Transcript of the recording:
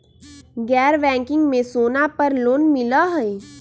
गैर बैंकिंग में सोना पर लोन मिलहई?